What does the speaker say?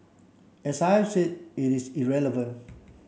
as I've said it is irrelevant